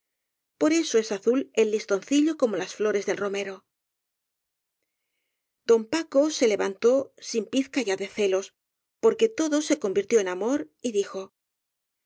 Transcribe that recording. por eso es azul el listoncillo como las flores del romero don paco se levantó sin pizca ya de celos por que todo se convirtió en amor y dijo